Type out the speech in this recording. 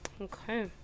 Okay